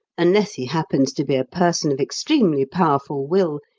unless he happens to be a person of extremely powerful will,